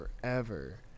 forever